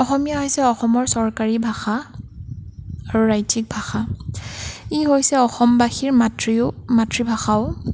অসমীয়া হৈছে অসমৰ চৰকাৰী ভাষা আৰু ৰাজ্যিক ভাষা ই হৈছে অসমবাসীৰ মাতৃয়ো মাতৃভাষাও